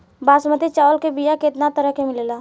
बासमती चावल के बीया केतना तरह के मिलेला?